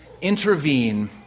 Intervene